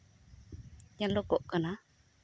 ᱧᱮᱞᱚᱠᱚᱜ ᱠᱟᱱᱟ